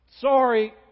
Sorry